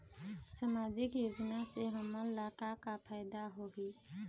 सामाजिक योजना से हमन ला का का फायदा होही?